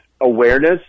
awareness